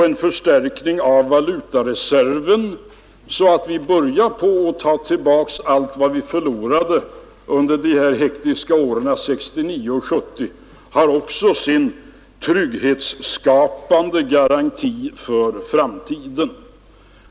En förstärkning av valutareserven, så att vi börjar på att ta tillbaka allt vad vi förlorade under de här hektiska åren 1969 och 1970, är också en trygghetsskapande garanti för framtiden.